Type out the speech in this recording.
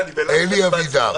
אלי אבידר,